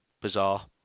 bizarre